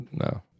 No